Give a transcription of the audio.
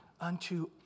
Unto